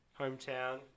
Hometown